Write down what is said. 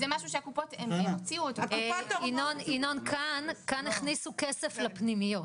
נסביר מעט מה הכשלים שראינו במודל הקודם במחלקות הפנימיות.